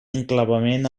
enclavament